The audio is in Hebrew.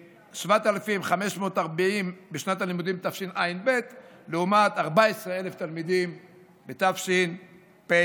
7,540 בשנת הלימודים תשע"ב לעומת 14,000 תלמידים בתשפ"א.